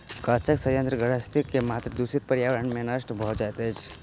गाछक सयंत्र ग्रंथिरस के मात्रा दूषित पर्यावरण में नष्ट भ जाइत अछि